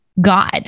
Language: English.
God